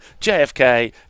JFK